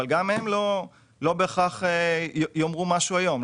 וגם הם לא בהכרח יאמרו משהו היום.